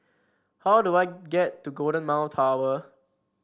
how do I get to Golden Mile Tower